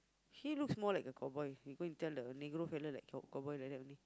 he looks more like a cowboy he go and tell the negro fella like cow~ cowboy like that only